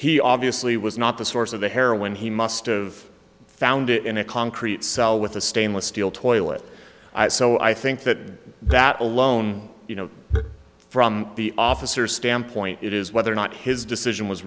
he obviously was not the source of the heroin he must of found it in a concrete cell with a stainless steel toilet so i think that that alone you know from the officer standpoint it is whether or not his decision was